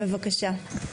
בבקשה.